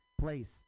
place